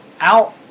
out